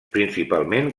principalment